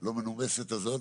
הלא מנומסת הזאת,